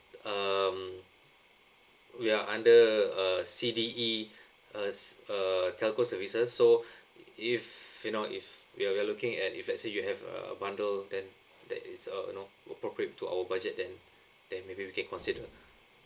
um we are under a C_D_E uh uh telco services so if you know if we're looking at if let's say you have a bundle then that is uh you know appropriate to our budget then then maybe we can consider